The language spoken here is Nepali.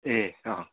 ए